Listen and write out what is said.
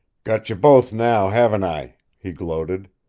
got you both now, haven't i? he gloated.